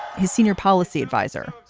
his senior policy adviser,